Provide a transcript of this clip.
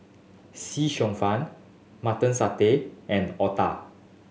see cheong fun Mutton Satay and otah